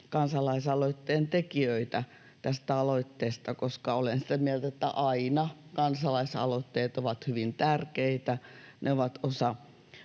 kansalaisaloitteen tekijöitä tästä aloitteesta, koska olen sitä mieltä, että aina kansalaisaloitteet ovat hyvin tärkeitä. Ne ovat osa